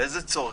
לאיזה צורך?